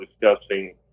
discussing